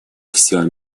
всем